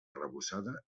arrebossada